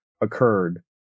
occurred